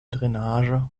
drainage